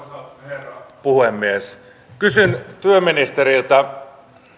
herra puhemies kysyn työministeriltä